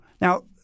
Now